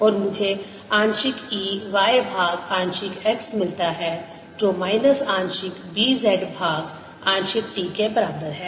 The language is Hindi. और मुझे आंशिक E y भाग आंशिक x मिलता है जो माइनस आंशिक B z भाग आंशिक t के बराबर है